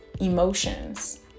emotions